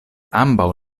ambaŭ